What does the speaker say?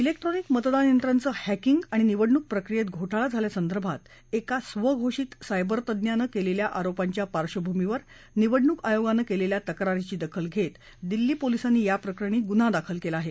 electronic मतदान यंत्रांचं hacking आणि निवडणूक प्रक्रियेत घोटाळा झाल्यासंदर्भात एका स्वघोषित सायबर तज्ञाने केलेल्या आरोपांच्या पार्श्वभूमीवर निवडणूक आयोगानं केलेल्या तक्रारीची दखल घेत दिल्ली पोलिसांनी या प्रकरणी गुन्हा दाखल केला आहे